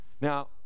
Now